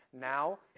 now